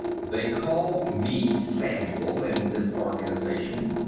they call me samuel, in this organization,